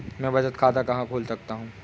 मैं बचत खाता कहाँ खोल सकता हूँ?